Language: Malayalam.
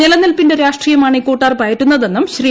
നിലനിൽപിന്റെ രാഷ്ട്രീയമാണ് ഇക്കൂട്ടർ പയറ്റുന്നതെന്നും ശ്രീ